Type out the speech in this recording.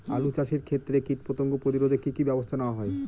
আলু চাষের ক্ষত্রে কীটপতঙ্গ প্রতিরোধে কি কী ব্যবস্থা নেওয়া হয়?